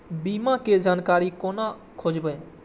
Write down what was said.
बीमा के जानकारी कोना खोजब?